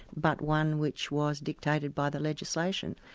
but one which was dictated by the legislation.